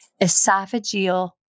Esophageal